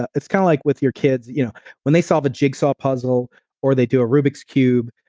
ah it's kind of like with your kids. you know when they saw the jigsaw puzzle or they do a rubik's cube,